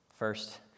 First